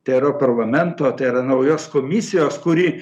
tero parlamento tai yra naujos komisijos kuri